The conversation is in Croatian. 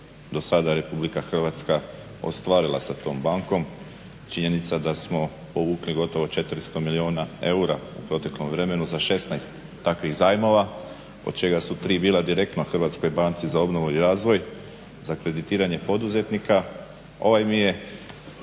do sada Republika Hrvatska ostvarila sa tom bankom. Činjenica da smo povukli gotovo 400 milijuna eura u proteklom vremenu za 16 takvih zajmova od čega su 3 bila direktno Hrvatskoj banci za obnovu i razvoj za kreditiranje poduzetnika. Ovaj mi je